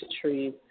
trees